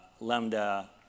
Lambda